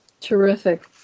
Terrific